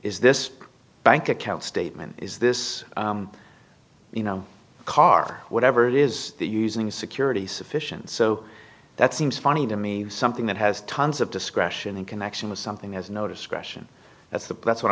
is this bank account statement is this you know car whatever is using security sufficient so that seems funny to me something that has tons of discretion in connection with something as no discretion that's the press what